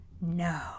No